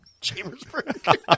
Chambersburg